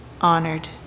honored